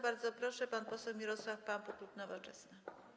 Bardzo proszę, pan poseł Mirosław Pampuch, klub Nowoczesna.